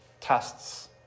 Tests